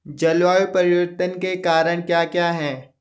जलवायु परिवर्तन के कारण क्या क्या हैं?